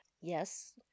Yes